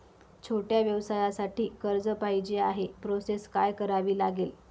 छोट्या व्यवसायासाठी कर्ज पाहिजे आहे प्रोसेस काय करावी लागेल?